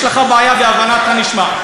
יש לך בעיה בהבנת הנשמע.